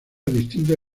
distintos